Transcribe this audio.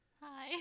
Hi